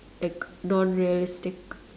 like non realistic